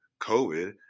COVID